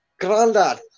Grandad